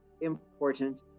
important